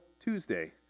Tuesday